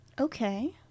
Okay